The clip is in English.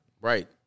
right